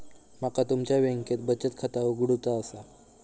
माका तुमच्या बँकेत बचत खाता उघडूचा असा?